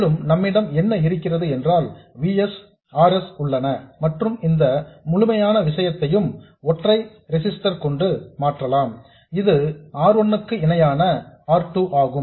மேலும் நம்மிடம் என்ன இருக்கிறது என்றால் V s R s உள்ளன மற்றும் இந்த முழு விஷயத்தையும் ஒரு ஒற்றை ரிசிஸ்டர் கொண்டு மாற்றலாம் இது R 1 க்கு இணையான R 2 ஆகும்